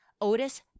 Otis